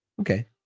okay